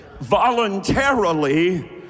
voluntarily